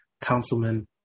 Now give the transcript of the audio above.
Councilman